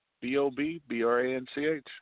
B-O-B-B-R-A-N-C-H